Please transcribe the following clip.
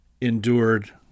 endured